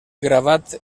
gravat